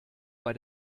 bei